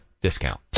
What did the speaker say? discount